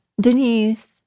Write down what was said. Denise